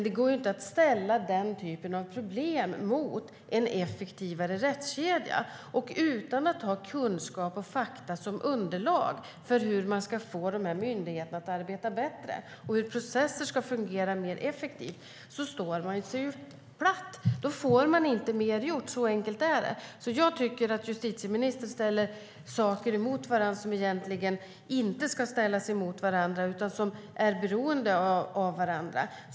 Det går inte att ställa den typen av problem mot en effektivare rättskedja. Utan kunskap och fakta som underlag för hur man ska få myndigheterna att arbeta bättre och processerna att fungera mer effektivt står man sig slätt. Då får man inte mer gjort, så enkelt är det. Jag tycker att justitieministern ställer saker mot varandra som egentligen inte ska ställas mot varandra, sådant som är beroende av varandra.